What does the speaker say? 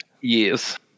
Yes